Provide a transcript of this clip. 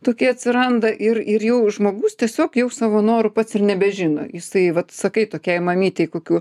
tokie atsiranda ir ir jau žmogus tiesiog jau savo norų pats ir nebežino jisai vat sakai tokiai mamytei kokių